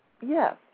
Yes